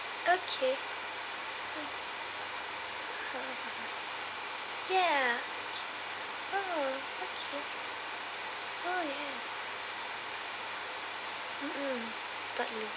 okay ya oh okay oh yes um mm start new